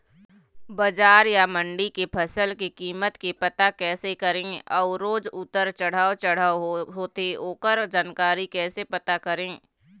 बजार या मंडी के फसल के कीमत के पता कैसे करें अऊ रोज उतर चढ़व चढ़व होथे ओकर जानकारी कैसे पता करें?